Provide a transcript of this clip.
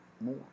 more